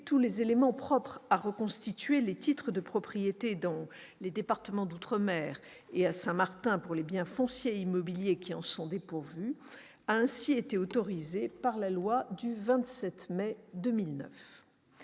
tous les éléments propres à reconstituer les titres de propriété dans les départements d'outre-mer et à Saint-Martin, pour les biens fonciers et immobiliers qui en sont dépourvus, a ainsi été autorisée par la loi du 27 mai 2009